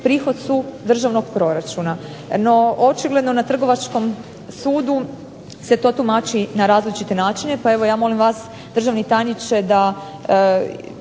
prihod su državnog proračuna. No, očigledno na Trgovačkom sudu se to tumači na različite načine pa evo ja molim vas državni tajniče da